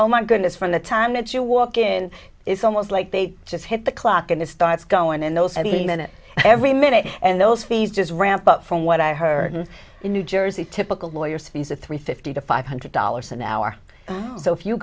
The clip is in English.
oh my goodness from the time that you walk in it's almost like they just hit the clock and it starts going in those early minute every minute and those fees just ramp up from what i heard in new jersey typical lawyers fees at three fifty to five hundred dollars an hour so if you